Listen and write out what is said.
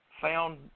found